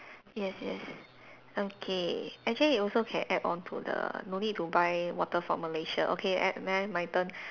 yes yes okay actually also can add on to the no need to buy water from Malaysia okay at then my turn